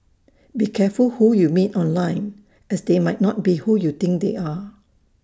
be careful who you meet online as they might not be who you think they are